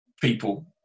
people